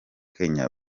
kenya